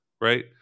right